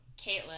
Caitlin